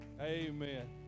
Amen